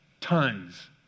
Tons